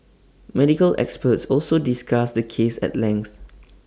medical experts also discussed the case at length